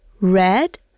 red